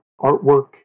artwork